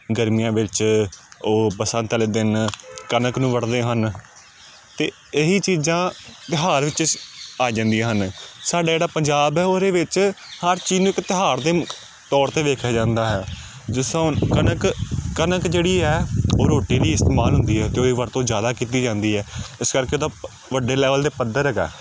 ਗਰਮੀਆਂ ਵਿੱਚ ਉਹ ਬਸੰਤ ਵਾਲੇ ਦਿਨ ਕਣਕ ਨੂੰ ਵੱਢਦੇ ਹਨ ਅਤੇ ਇਹ ਹੀ ਚੀਜ਼ਾਂ ਤਿਉਹਾਰ ਵਿੱਚ ਆ ਜਾਂਦੀਆਂ ਹਨ ਸਾਡਾ ਜਿਹੜਾ ਪੰਜਾਬ ਹੈ ਉਹਦੇ ਵਿੱਚ ਹਰ ਚੀਜ਼ ਨੂੰ ਇੱਕ ਤਿਉਹਾਰ ਦੇ ਤੌਰ 'ਤੇ ਵੇਖਿਆ ਜਾਂਦਾ ਹੈ ਜਿਸ ਤਰ੍ਹਾਂ ਹੁਣ ਕਣਕ ਕਣਕ ਜਿਹੜੀ ਹੈ ਉਹ ਰੋਟੀ ਲਈ ਇਸਤੇਮਾਲ ਹੁੰਦੀ ਹੈ ਅਤੇ ਉਹਦੀ ਵਰਤੋਂ ਜ਼ਿਆਦਾ ਕੀਤੀ ਜਾਂਦੀ ਹੈ ਇਸ ਕਰਕੇ ਉਹਦਾ ਵੱਡੇ ਲੈਵਲ 'ਤੇ ਪੱਧਰ ਹੈਗਾ